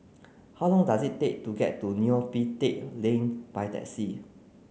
how long does it take to get to Neo Pee Teck Lane by taxi